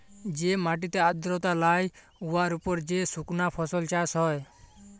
যে মাটিতে আর্দ্রতা লাই উয়ার উপর যে সুকনা ফসল চাষ হ্যয়